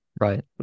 Right